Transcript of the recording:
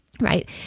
right